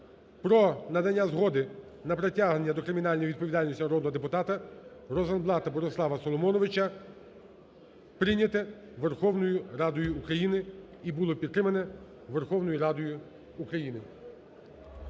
про надання згоди на притягнення до кримінальної відповідальності народного депутата Розенблата Борислава Соломоновича прийняте Верховною Радою України і було підтримане Верховною Радою України.